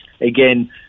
again